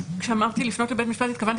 כשדיברתי על הפנייה לבית המשפט התכוונתי